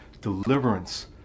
deliverance